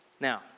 Now